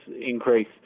increase